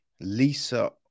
Lisa